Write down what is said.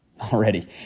Already